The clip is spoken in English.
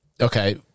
okay